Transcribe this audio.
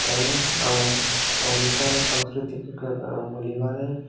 ତେଣୁ ଆମ ଓଡ଼ିଶାର ସଂସ୍କୃତିକୁ ଭୁଲିବା ନାହିଁ